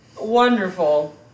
wonderful